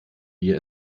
wir